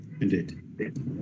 Indeed